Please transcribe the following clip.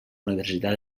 universitat